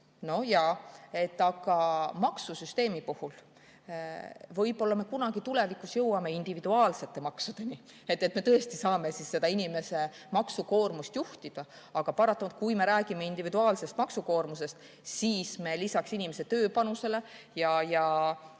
no jaa. Aga maksusüsteemi puhul? Võib-olla me kunagi tulevikus jõuame individuaalsete maksudeni, et me tõesti saame inimese maksukoormust juhtida. Aga paratamatult, kui me räägime individuaalsest maksukoormusest, siis me lisaks inimese tööpanusele,